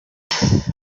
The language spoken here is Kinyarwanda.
ati